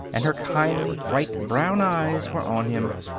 and her kindly, bright brown eyes were on him.